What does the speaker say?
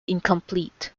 incomplete